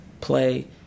play